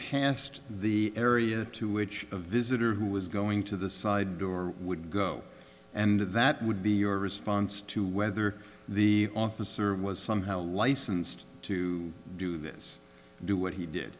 past the area to which a visitor who was going to the side door would go and that would be your response to whether the officer was somehow licensed to do this do what he